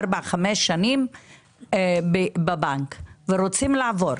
ארבע או חמש שנים בבנק, ורוצים לעבור?